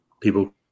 people